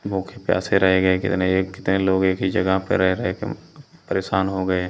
भूके प्यासे रह गए कितने ए कितने लोग एक ही जगह पर रह रहकर परेशान हो गए